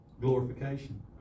glorification